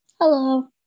Hello